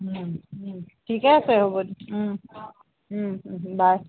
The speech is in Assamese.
ঠিকে আছে হ'ব বাই